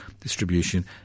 Distribution